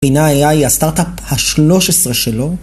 בינה ai היה היא הסטארט-אפ ה-13 שלו